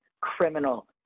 criminal